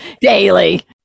daily